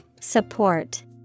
Support